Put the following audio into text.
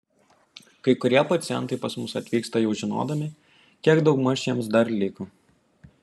kai kurie pacientai pas mus atvyksta jau žinodami kiek daugmaž jiems dar liko